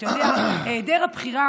אתה יודע, היעדר הבחירה